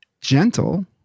gentle